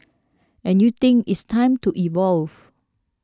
and you think it's time to evolve